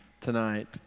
tonight